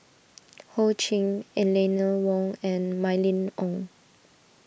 Ho Ching Eleanor Wong and Mylene Ong